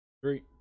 Three